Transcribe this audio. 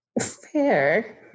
Fair